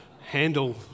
handle